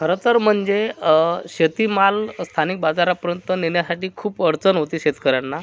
खरं तर म्हणजे शेतीमाल स्थानिक बाजारापर्यंत नेण्यासाठी खूप अडचण होते शेतकऱ्यांना